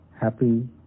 happy